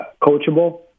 coachable